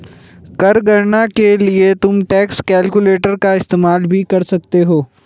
कर गणना के लिए तुम टैक्स कैलकुलेटर का इस्तेमाल भी कर सकते हो